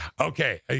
Okay